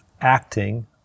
acting